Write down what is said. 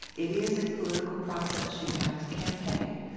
it is a political process. you have to campaign.